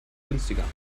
günstiger